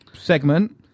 segment